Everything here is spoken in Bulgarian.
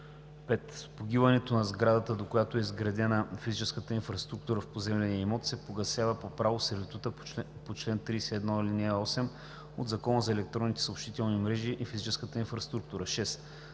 5. с погиването на сградата, до която е изградена физическата инфраструктура в поземления имот, се погасява по право сервитутът по чл. 31, ал. 8 от Закона за електронните съобщителни мрежи и физическа инфраструктура; 6.